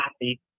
happy